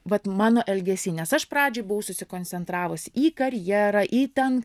vat mano elgesy nes aš pradžioj buvau susikoncentravus į karjerą į ten